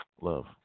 love